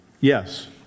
Yes